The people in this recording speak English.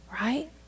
right